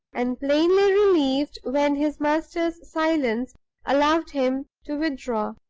and plainly relieved when his master's silence allowed him to withdraw.